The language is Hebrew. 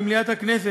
במליאת הכנסת,